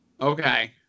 okay